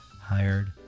hired